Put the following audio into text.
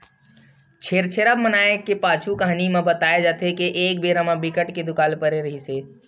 छेरछेरा मनाए के पाछू कहानी म बताए जाथे के एक बेरा म बिकट के दुकाल परे रिहिस हे